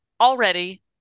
already